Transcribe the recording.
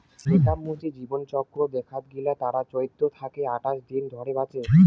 নেকাব মুচি জীবনচক্র দেখাত গিলা তারা চৌদ্দ থাকি আঠাশ দিন ধরে বাঁচে